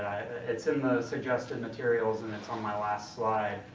it's in suggested materials and it's on my last slide.